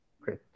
Great